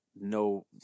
no